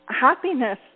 happiness